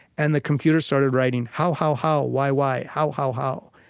and the computer started writing, how, how, how, why, why, how, how, how?